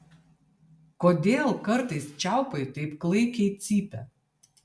kodėl kartais čiaupai taip klaikiai cypia